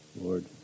Lord